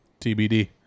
TBD